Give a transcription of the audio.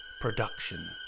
production